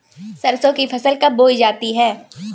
सरसों की फसल कब बोई जाती है?